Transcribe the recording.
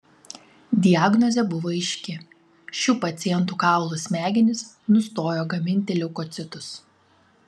diagnozė buvo aiški šių pacientų kaulų smegenys nustojo gaminti leukocitus